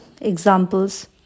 examples